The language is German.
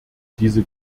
diese